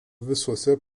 visuose